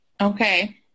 Okay